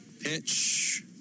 Pitch